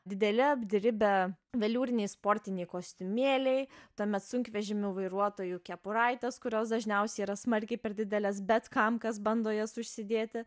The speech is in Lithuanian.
dideli apdribę veliūriniai sportiniai kostiumėliai tuomet sunkvežimių vairuotojų kepuraites kurios dažniausiai yra smarkiai per didelės bet kam kas bando jas užsidėti